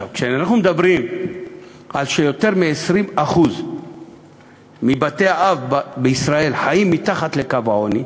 כשאנחנו מדברים על כך שיותר מ-20% מבתי-האב בישראל חיים מתחת לקו העוני,